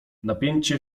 napięcie